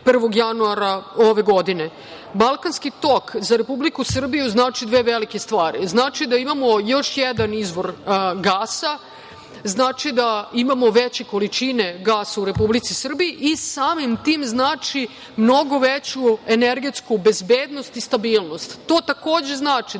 1. januara ove godine.„Balkanski tok“ za Republiku Srbiju znači dve velike stvari. Znači da imamo još jedna izvor gasa, znači da imamo veće količine gasa u Republici Srbiji i samim tim znači mnogo veću energetsku bezbednost i stabilnost. To takođe znači